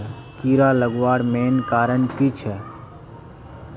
कीड़ा लगवार मेन कारण की छे?